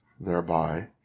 thereby